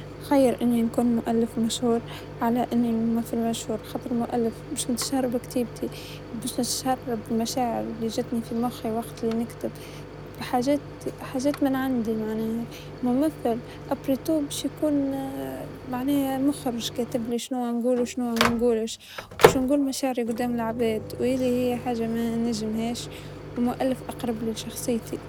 أتمنى إني أكون مؤلفة مشهورة، لإني كثير أحب الجراية والكتابة ،لكن ما بعرف مثل وما عندي هاي الموهبة أصلا، وما جد فكرت أصلا إني أمثل من جبل، لكن حاولت من مرة إني أكتب حتى قصة قصيرة أو شيء من هذا القبيل، و يعني كانت مغامرة حلوة.